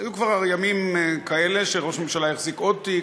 היו כבר ימים כאלה שראש ממשלה החזיק עוד תיק,